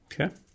Okay